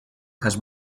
has